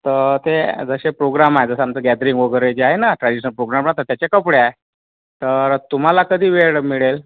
तर ते जसे प्रोग्राम आहे जसं आमचं गॅदरिंग वगैरे जे आहे ना ट्रॅडिशनल प्रोग्राम राहतात त्याचे कपडे आहे तर तुम्हाला कधी वेळ मिळेल